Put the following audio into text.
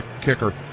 kicker